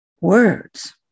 words